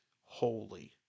holy